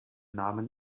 namen